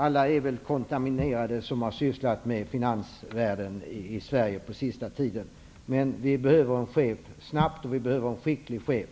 Alla som har sysslat med finansvärlden i Sverige på sista tiden är väl kontaminerade. Vi behöver alltså snabbt en skicklig chef.